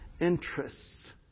interests